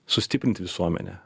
sustiprint visuomenę